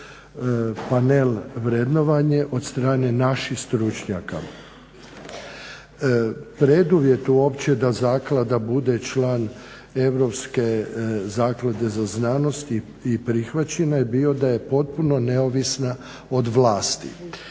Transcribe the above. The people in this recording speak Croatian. panel vrednovanje od strane naših stručnjaka. Preduvjet uopće da zaklada bude član Europske zaklade za znanost, i prihvaćena je bio da je potpuno neovisna od vlasti.